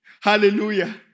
Hallelujah